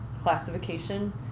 classification